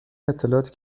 اطلاعاتی